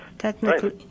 Technically